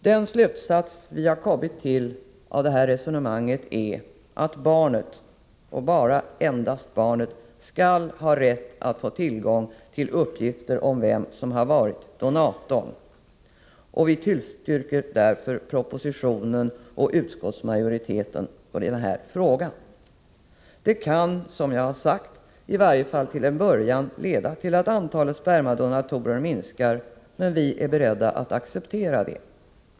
Den slutsats vi har kommit fram till av detta resonemang är att barnet och endast barnet skall ha rätt att få tillgång till uppgifter om vem som varit donator. Vi tillstyrker därför propositionsförslaget och utskottsmajoritetens förslag i den här frågan. Det kan, i varje fall till en början, leda till att antalet spermadonatorer minskar, men vi är beredda att acceptera det.